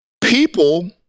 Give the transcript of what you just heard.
people